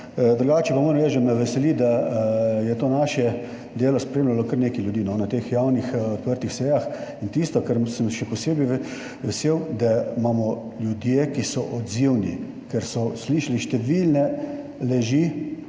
Drugače pa moram reči, da me veseli, da je to naše delo spremljalo kar nekaj ljudi na teh javnih odprtih sejah. In tisto, česar sem še posebej vesel, je, da imamo ljudi, ki so odzivni. Ker so slišali številne laži,